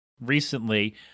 recently